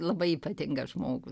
labai ypatingą žmogų